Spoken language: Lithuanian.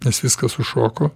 nes viskas sušoko